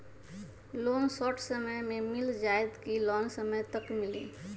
Loan short समय मे मिल जाएत कि लोन समय तक मिली?